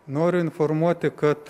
noriu informuoti kad